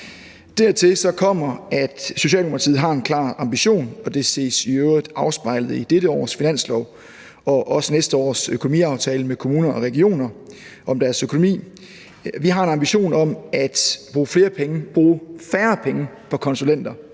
Dertil kommer, at Socialdemokratiet har en klar ambition – og det ses i øvrigt afspejlet i dette års finanslov og også i næste års økonomiaftaler med kommuner og regioner om deres økonomi – om at bruge færre penge på konsulenter.